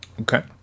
Okay